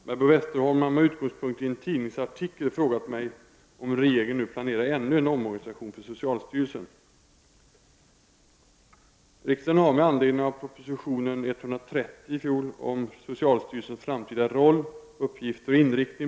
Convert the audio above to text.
Herr talman! Barbro Westerholm har med utgångspunkt i en tidningsartikel frågat mig om regeringen nu planerar ännu en omorgansiation för socialstyrelsen.